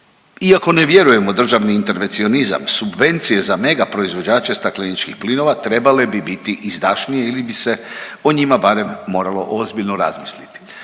Iako ne vjerujem u državni intervencionizam subvencije za mega proizvođače stakleničkih plinova trebale bi biti izdašnije ili bi se o njima barem moralo ozbiljno razmisliti.